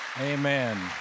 Amen